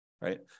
right